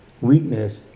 weakness